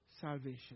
salvation